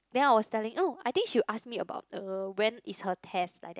then I was telling oh I think she will ask me about uh when is her test like that